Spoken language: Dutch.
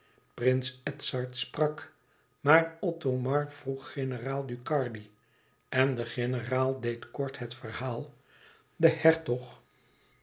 prins edzard sprak maar othomar vroeg generaal ducardi en de generaal deed kort het verhaal de hertog